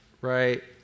right